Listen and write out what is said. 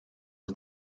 was